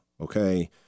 okay